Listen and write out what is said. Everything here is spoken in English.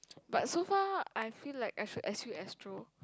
but so far I feel like I should assume Astro